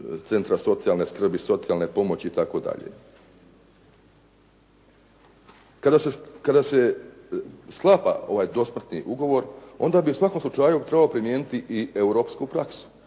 centra socijalne skrbi, socijalne pomoći itd. Kada se sklapa dosmrtni ugovor, onda bi u svakom slučaju trebalo primijeniti i europsku praksu.